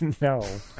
No